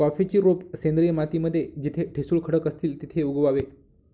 कॉफीची रोप सेंद्रिय माती मध्ये जिथे ठिसूळ खडक असतील तिथे उगवावे